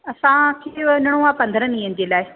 असां खे वञिणो आहे पंदरहनि ॾींहनि जे लाइ